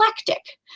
eclectic